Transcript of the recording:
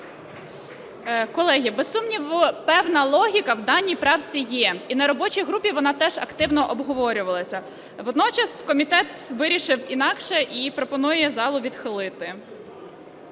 Колеги, без сумніву, певна логіка в даній правці є, і на робочій групі вона теж активно обговорювалася. Водночас комітет вирішив інакше і пропонує залу відхилити.